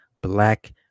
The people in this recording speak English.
black